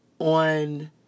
on